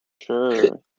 Sure